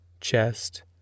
chest